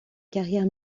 carrière